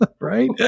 Right